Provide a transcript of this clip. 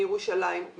מירושלים,